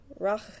Rach